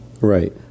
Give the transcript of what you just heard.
Right